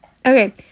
Okay